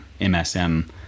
MSM